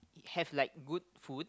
have like good food